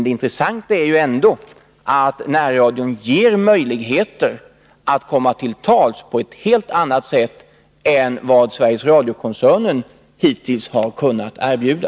Det intressanta är ändå att närradion ger möjligheter att komma till tals på ett helt annat sätt än vad Sveriges Radio-koncernen hittills har kunnat erbjuda.